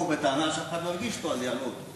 יבואו בטענה שאף אחד לא הרגיש אותו, אז יעלו אותו.